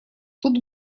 тут